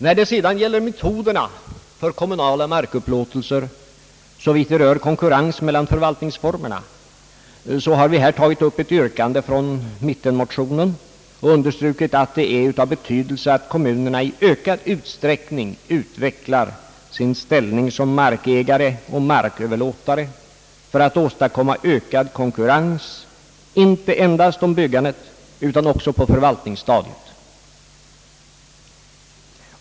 När det sedan gäller metoderna för kommunala markupplåtelser såvitt rör konkurrens mellan förvaltningsformer na har vi tagit upp ett yrkande från mittenmotionen och understrukit att det är av betydelse att kommunerna i ökad utsträckning utvecklar sin ställning som markägare och marköverlåtare för att åstadkomma ökad konkurrens inte endast om byggandet utan också på förvaltningsstadiet.